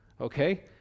Okay